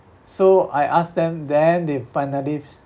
so I asked them then they finally